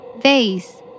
Vase